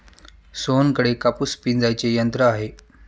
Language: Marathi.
सोहनकडे कापूस पिंजायचे यंत्र आहे